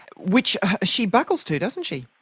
which she buckles to, doesn't she?